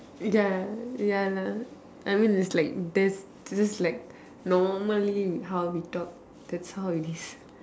ya ya lah I mean it's like that's just like normally how we talk that's how it is